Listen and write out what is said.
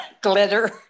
glitter